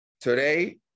today